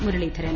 Muraleedharan